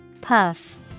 Puff